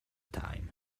time